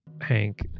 Hank